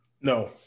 no